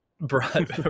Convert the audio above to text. brought